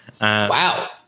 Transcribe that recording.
wow